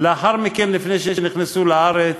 לאחר מכן, לפני שנכנסו לארץ,